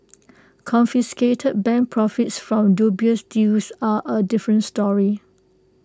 confiscated bank profits from dubious deals are A different story